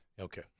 Okay